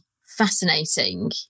fascinating